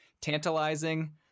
tantalizing